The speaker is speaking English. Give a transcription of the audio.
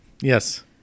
Yes